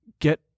get